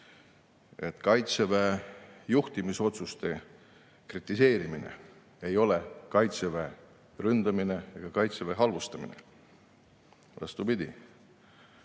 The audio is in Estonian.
et Kaitseväe juhtimisotsuste kritiseerimine ei ole Kaitseväe ründamine ega Kaitseväe halvustamine. Vastupidi,